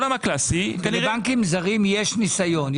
ולבנקים זרים יש ניסיון.